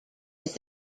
its